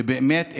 ובאמת,